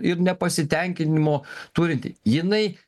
ir nepasitenkinimo turinti jinai